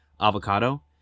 avocado